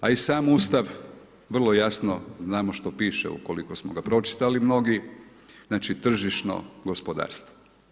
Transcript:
A i sam Ustav vrlo jasno, znamo što piše ukoliko smo ga pročitali mnogi, znači tržišno gospodarstvo.